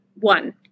one